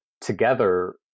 together